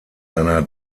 einer